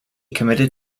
committed